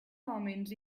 homes